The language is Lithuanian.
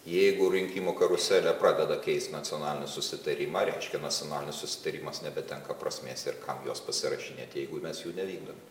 jeigu rinkimų karuselė pradeda keist nacionalinį susitarimą reiškia nacionalinis susitarimas nebetenka prasmės ir kam juos pasirašinėt jeigu mes jų nevykdome